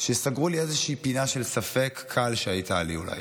שסגרו לי איזושהי פינה של ספק קל שהייתה לי, אולי.